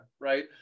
right